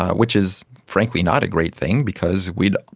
which is frankly not a great thing because we,